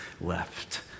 left